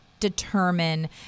determine